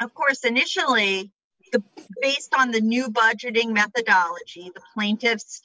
of course initially based on the new budgeting that the college plaintiffs